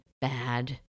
bad